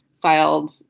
filed